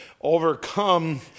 overcome